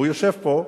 הוא יושב פה,